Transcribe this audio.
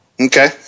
okay